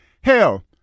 hell